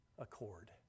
accord